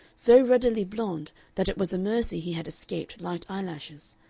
so ruddily blond that it was a mercy he had escaped light eyelashes,